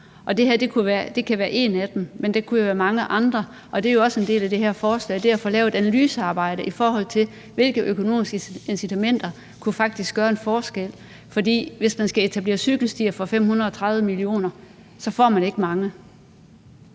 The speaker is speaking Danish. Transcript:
det her kunne være et af dem, men det kunne være mange andre, og en del af det her forslag er også at få lavet et analysearbejde for at se, hvilke økonomiske incitamenter der faktisk kunne gøre en forskel. For hvis man skal etablere cykelstier for 520 mio. kr., får man ikke mange.